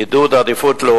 סיוע באזורי עדיפות,